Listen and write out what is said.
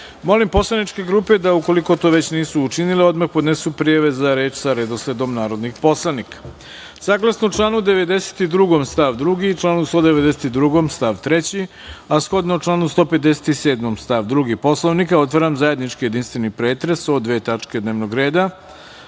poslaničke grupe da, ukoliko to već nisu učinile, odmah podnesu prijave za reč sa redosledom narodnih poslanika. Saglasno članu 92. stav 2. i članu 192. stav 3, a shodno članu 157. stav 2. Poslovnika, otvaram zajednički jedinstveni pretres o dve tačke dnevnog reda. Da